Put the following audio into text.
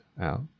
out